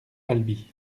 albi